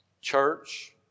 Church